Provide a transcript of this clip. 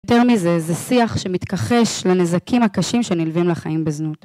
יותר מזה, זה שיח שמתכחש לנזקים הקשים שנלווים לחיים בזנות.